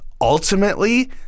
ultimately